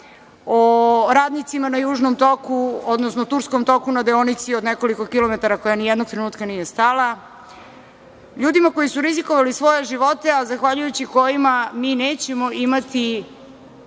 odnosno Turskom toku, na deonici od nekoliko kilometara, koja nijednog trenutka nije stala, ljudima koji su rizikovali svoje živote, a zahvaljujući kojima mi nećemo imati